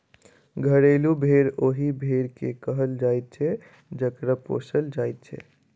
घरेलू भेंड़ ओहि भेंड़ के कहल जाइत छै जकरा पोसल जाइत छै